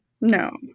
no